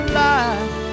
life